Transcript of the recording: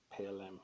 PLM